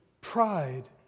pride